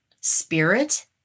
spirit